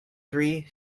three